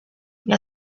gli